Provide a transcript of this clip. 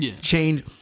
change